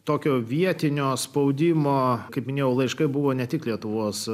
tokio vietinio spaudimo kaip minėjau laiškai buvo ne tik lietuvos